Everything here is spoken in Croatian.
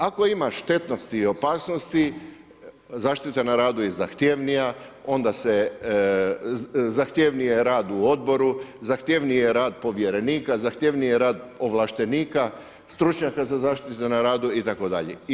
Ako ima štetnosti i opasnosti, zaštita na radu je zahtjevnija, onda se, zahtjevniji je rad u odboru, zahtjevniji je rad povjerenika, zahtjevniji je rad ovlaštenika, stručnjaka za zaštitu na radu itd.